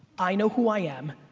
i know who i am,